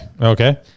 Okay